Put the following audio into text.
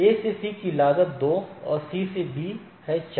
A से C की लागत 2 और C से B है 4